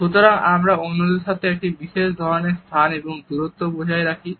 সুতরাং আমরা অন্যদের সাথে একটি বিশেষ ধরণের স্থান এবং দূরত্ব বজায় রাখি